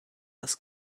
das